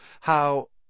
how—